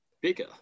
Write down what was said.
bigger